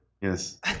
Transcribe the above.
yes